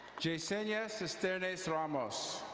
jessenia sisternes ramos.